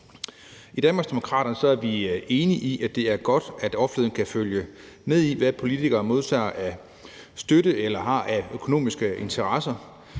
I Danmarksdemokraterne er vi enige i, at det er godt, at offentligheden kan følge med i, hvad politikere modtager af støtte eller har af økonomiske interesser.